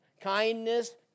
kindness